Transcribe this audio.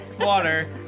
Water